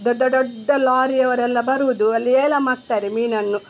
ದೊಡ್ಡ ಡೊಡ್ಡ ಲಾರಿಯವರೆಲ್ಲ ಬರೋದು ಅಲ್ಲಿ ಏಲಂ ಹಾಕ್ತಾರೆ ಮೀನನ್ನು